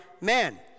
man